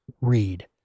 read